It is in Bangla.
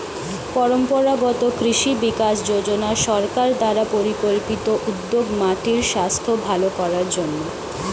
পরম্পরাগত কৃষি বিকাশ যোজনা সরকার দ্বারা পরিকল্পিত উদ্যোগ মাটির স্বাস্থ্য ভাল করার জন্যে